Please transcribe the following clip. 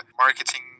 marketing